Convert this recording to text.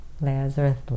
Lazarus